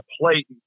plate